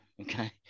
Okay